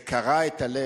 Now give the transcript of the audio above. זה קרע את הלב.